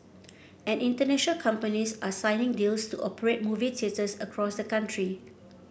and international companies are signing deals to operate movie theatres across the country